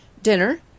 Dinner